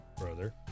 Brother